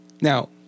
Now